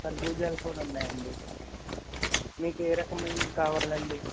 కర్బూజాలు కూడా ఉన్నాయి అండి మీకే రకమైనయి కావాలండి